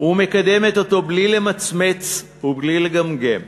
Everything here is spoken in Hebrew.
ומקדמת אותו בלי למצמץ ובלי לגמגם.